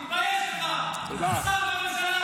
תתבייש לך, אתה שר בממשלה.